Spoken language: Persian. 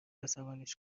عصبانیش